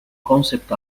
concept